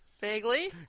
vaguely